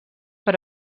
per